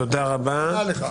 תודה רבה.